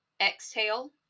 Exhale